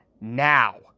now